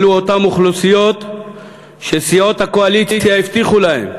אלה אותן אוכלוסיות שסיעות הקואליציה הבטיחו להן,